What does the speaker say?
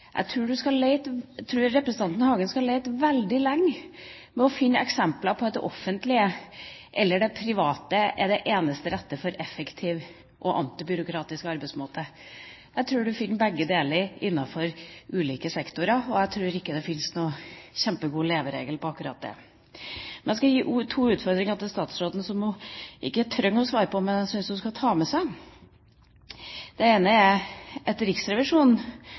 offentlige eller det private er det eneste rette for en effektiv og antibyråkratisk arbeidsmåte. Jeg tror man finner begge deler innenfor ulike sektorer, og jeg tror ikke det fins noen kjempegod leveregel for akkurat det. Jeg skal gi to utfordringer til statsråden, som hun ikke trenger å svare på, men som jeg syns hun skal ta med seg. Det ene er at Riksrevisjonen